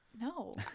No